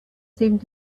seemed